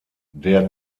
der